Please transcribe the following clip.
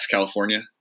California